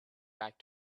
back